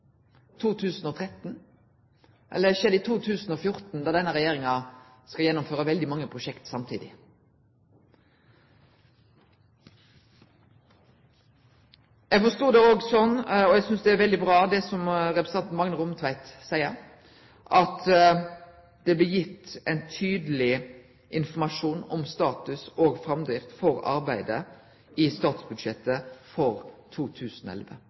2013 – eller skjer det i 2014, da denne regjeringa skal gjennomføre veldig mange prosjekt samtidig? Eg forstår det slik – og eg synest det er veldig bra, det som representanten Magne Rommetveit seier – at i statsbudsjettet for 2011 vil det bli gitt tydeleg informasjon om status og framdrift for arbeidet.